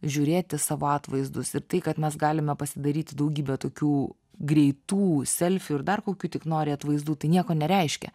žiūrėti savo atvaizdus ir tai kad mes galime pasidaryti daugybę tokių greitų selfių ir dar kokių tik nori atvaizdų tai nieko nereiškia